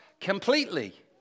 completely